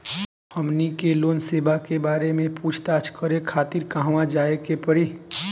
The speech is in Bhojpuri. हमनी के लोन सेबा के बारे में पूछताछ करे खातिर कहवा जाए के पड़ी?